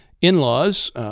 in-law's